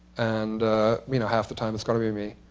and you know half the time it's going to be me,